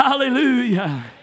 Hallelujah